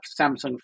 Samsung